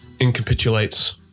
incapitulates